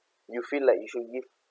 you feel like you should give